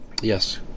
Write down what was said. Yes